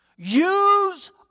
use